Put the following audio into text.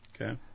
Okay